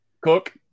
cook